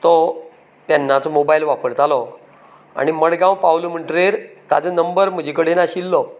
तो तेन्नाचो मोबायल वापरतालो आनी मडगांव पावलो म्हणटरेर ताजो नंबर म्हज कडेन आशिल्लो